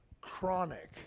chronic